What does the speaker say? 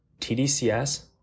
TDCS